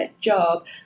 job